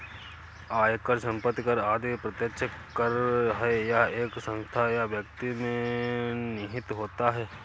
आयकर, संपत्ति कर आदि प्रत्यक्ष कर है यह एक संस्था या व्यक्ति में निहित होता है